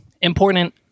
important